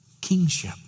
Kingship